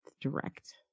direct